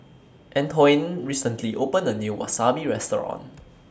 Antoine recently opened A New Wasabi Restaurant